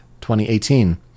2018